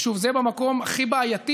ושוב, זה במקום הכי בעייתי,